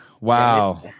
wow